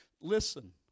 listen